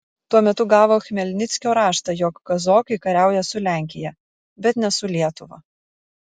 tuo metu gavo chmelnickio raštą jog kazokai kariauja su lenkija bet ne su lietuva